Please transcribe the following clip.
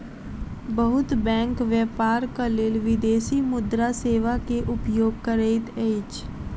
बहुत बैंक व्यापारक लेल विदेशी मुद्रा सेवा के उपयोग करैत अछि